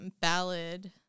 ballad